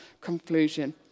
conclusion